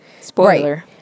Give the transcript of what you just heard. Spoiler